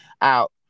out